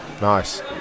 Nice